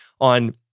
on